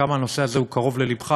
כמה הנושא הזה קרוב ללבך,